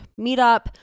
meetup